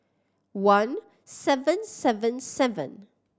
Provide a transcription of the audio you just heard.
one seven seven seven